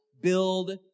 build